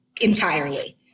entirely